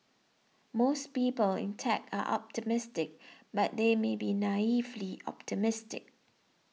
most people in tech are optimistic but they may be naively optimistic